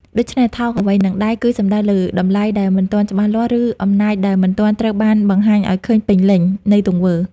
ដូច្នេះ "ថោកអ្វីនឹងដៃ" គឺសំដៅលើ តម្លៃដែលមិនទាន់ច្បាស់លាស់ ឬ អំណាចដែលមិនទាន់ត្រូវបានបង្ហាញឱ្យឃើញពេញលេញ នៃទង្វើ។